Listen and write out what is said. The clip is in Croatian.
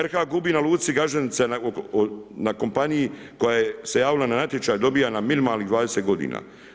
RH gubi na luci Gaženica, na kompaniji koja se javila na natječaj, dobiva na minimalnih 20 godina.